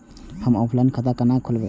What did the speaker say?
हम ऑनलाइन खाता केना खोलैब?